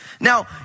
Now